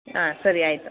ಹಾಂ ಸರಿ ಆಯಿತು